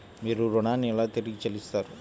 మీరు ఋణాన్ని ఎలా తిరిగి చెల్లిస్తారు?